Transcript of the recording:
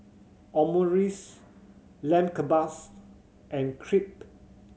Omurice Lamb Kebabs and Crepe